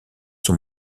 son